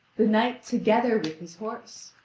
the knight together with his horse.